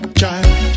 child